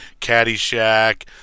Caddyshack